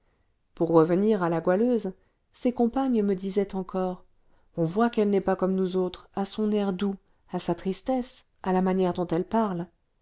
pour revenir à la goualeuse ses compagnes me disaient encore on voit qu'elle n'est pas comme nous autres à son air doux à sa tristesse à la manière dont elle parle